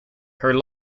her